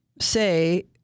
say